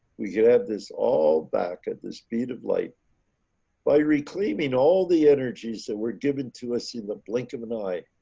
we could have this all back at the speed of light by reclaiming all the energies that were given to us in the blink of an eye.